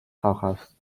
caucus